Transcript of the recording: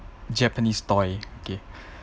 japanese toy okay